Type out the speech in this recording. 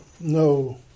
no